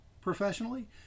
professionally